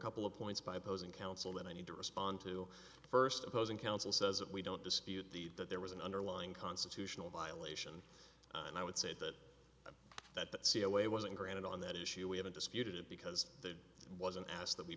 couple of points by opposing counsel that i need to respond to first opposing counsel says that we don't dispute the that there was an underlying constitutional violation and i would say that that cia wasn't granted on that issue we haven't disputed it because there wasn't asked that we